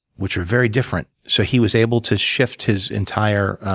which are very different. so he was able to shift his entire